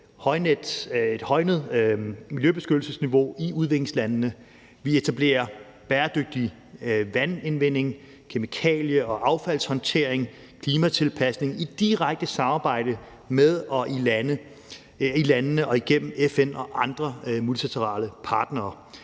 et højnet miljøbeskyttelsesniveau i udviklingslandene, vi etablerer bæredygtig vandindvinding, kemikalie- og affaldshåndtering, klimatilpasning i direkte samarbejde med og i landene og igennem FN og andre multilaterale partnere.